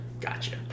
Gotcha